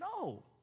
No